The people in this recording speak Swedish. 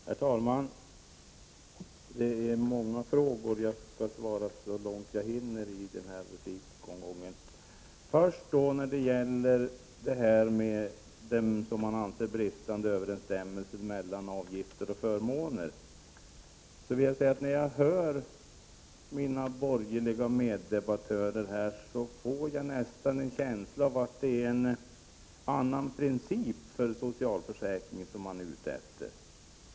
Herr talman! Det har ställts många frågor till mig, och jag skall besvara så många jag hinner i detta inlägg. Beträffande den, som det sägs, bristande överensstämmelsen mellan avgifter och förmåner vill jag säga följande. När jag hör mina borgerliga meddebattörer får jag en känsla av att det är en annan princip för socialförsäkringen som de är ute efter.